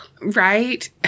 Right